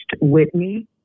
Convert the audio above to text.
Whitney